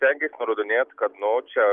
stengiasi nurodinėt kad nu čia